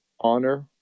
honor